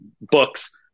books